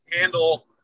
handle